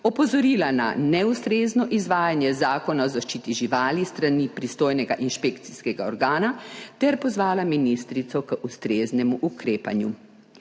Opozorila na neustrezno izvajanje Zakona o zaščiti živali s strani pristojnega inšpekcijskega organa ter pozvala ministrico k ustreznemu ukrepanju.